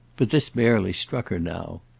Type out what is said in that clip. but this barely struck her now.